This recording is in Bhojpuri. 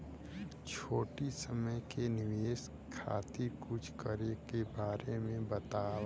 छोटी समय के निवेश खातिर कुछ करे के बारे मे बताव?